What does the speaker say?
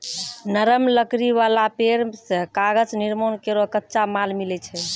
नरम लकड़ी वाला पेड़ सें कागज निर्माण केरो कच्चा माल मिलै छै